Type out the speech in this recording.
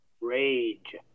Rage